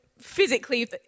physically